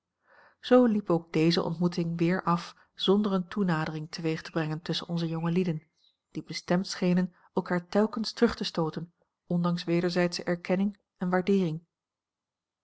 zoo liep ook deze ontmoeting weer af zonder eene toenadering teweeg te brengen tusschen onze jongelieden die bestemd schenen elkaar telkens terug te stooten ondanks wederzijdsche erkenning en waardeering